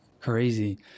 crazy